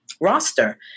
roster